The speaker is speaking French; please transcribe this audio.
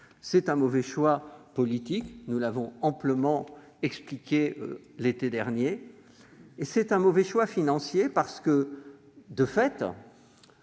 est un mauvais choix politique- nous l'avons amplement expliqué l'été dernier -et un mauvais choix financier. De fait,